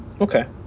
Okay